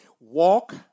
Walk